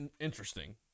interesting